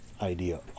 idea